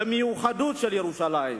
במיוחדות של ירושלים,